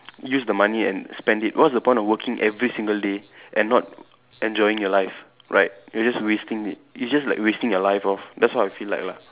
use the money and spend it what's the point of working every single day and not enjoying your life right you're just wasting it you're just like wasting your life off that's what I feel like lah